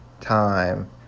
time